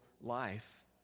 life